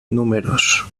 números